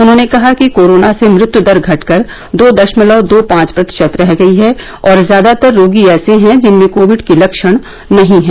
उन्होंने कहा कि कोरोना से मृत्यू दर घटकर दो दशमलव दो पांच प्रतिशत रह गई है और ज्यादातर रोगी ऐसे हैं जिनमें कोविड के लक्षण नही हैं